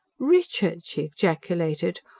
richard! she ejaculated.